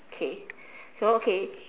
okay so okay